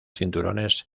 cinturones